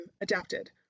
adapted